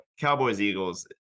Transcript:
Cowboys-Eagles